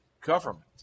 government